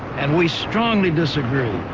and we strongly disagree.